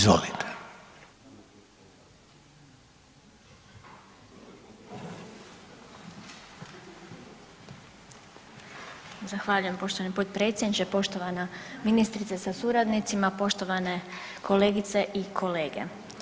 Zahvaljujem poštovani potpredsjedniče, poštovana ministrice sa suradnicima, poštovane kolegice i kolege.